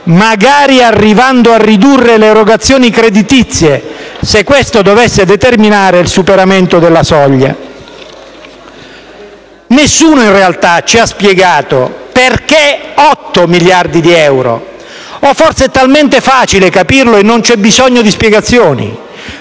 magari arrivando a ridurre le erogazioni creditizie, se questo dovesse determinare il superamento della soglia. Nessuno in realtà ci ha spiegato perché 8 miliardi di euro. O forse è talmente facile capirlo che non c'è bisogno di spiegazioni?